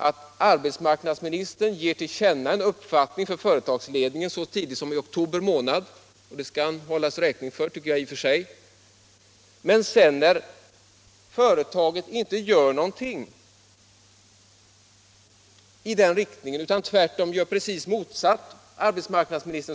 att arbetsmarknadsministern ger till känna en uppfattning för företagsledningen så tidigt som i oktober månad — det skall han i och för sig hållas räkning för — men att regeringen tiger still när företaget sedan handlar i den helt motsatta riktningen.